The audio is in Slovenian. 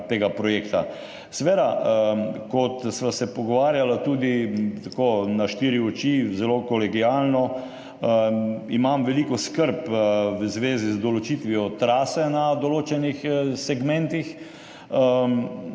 tega projekta. Kot sva se pogovarjala tudi na štiri oči, zelo kolegialno, imam veliko skrb v zvezi z določitvijo trase na določenih segmentih.